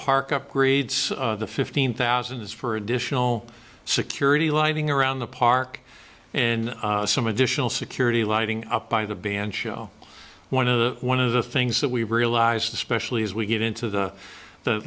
park upgrades the fifteen thousand is for additional security lighting around the park and some additional security lighting up by the band show one of the one of the things that we realized especially as we get into the the